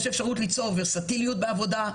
למשל, יש אפשרות ליצור ורסטיליות בעבודה.